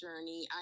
journey